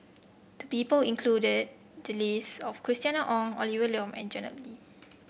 the people included the list of Christina Ong Olivia Lum and Janet